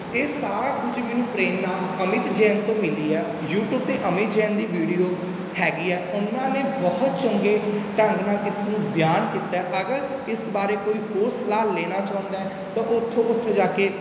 ਇਹ ਸਾਰਾ ਕੁਝ ਮੈਨੂੰ ਪ੍ਰੇਰਨਾ ਅਮਿਤ ਜੈਨ ਤੋਂ ਮਿਲੀ ਹੈ ਯੂਟਿਊਬ 'ਤੇ ਅਮਿਤ ਜੈਨ ਦੀ ਵੀਡੀਓ ਹੈਗੀ ਹੈ ਉਨ੍ਹਾਂ ਨੇ ਬਹੁਤ ਚੰਗੇ ਢੰਗ ਨਾਲ ਇਸਨੂੰ ਬਿਆਨ ਕੀਤਾ ਅਗਰ ਇਸ ਬਾਰੇ ਕੋਈ ਹੋਰ ਸਲਾਹ ਲੈਣਾ ਚਾਹੁੰਦਾ ਤਾਂ ਉੱਥੋਂ ਉੱਥੋਂ ਜਾ ਕੇ